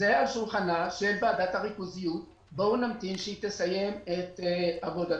בואו נמתין שוועדת הריכוזיות תסיים את עבודתה.